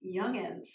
youngins